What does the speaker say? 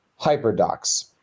HyperDocs